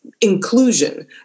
inclusion